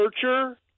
searcher